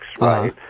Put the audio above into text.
right